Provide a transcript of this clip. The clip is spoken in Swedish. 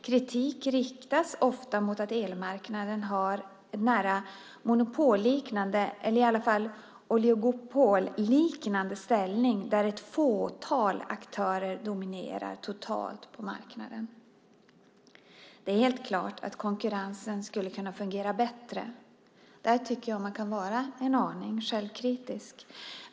Kritik riktas ofta mot att elmarknaden har nära monopolliknande eller i alla fall oligopolliknande ställning där ett fåtal aktörer dominerar totalt på marknaden. Det är helt klart att konkurrensen skulle kunna fungera bättre. Där tycker jag att man kan vara en aning självkritisk.